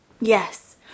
Yes